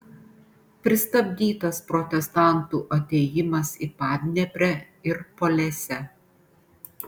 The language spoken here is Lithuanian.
pristabdytas protestantų atėjimas į padneprę ir polesę